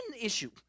issue